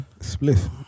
Split